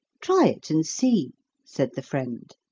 try it and see said the friend.